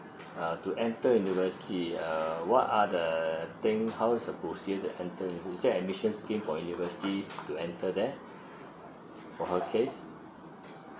uh to enter university err what are the things how is the procedure to enter is it admission scheme for university to enter that for her case